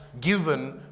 given